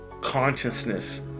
Consciousness